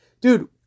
Dude